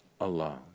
alone